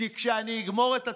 כי כשאני אגמור את התפקיד,